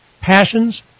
passions